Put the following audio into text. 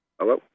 Hello